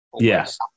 Yes